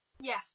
Yes